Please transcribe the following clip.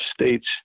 states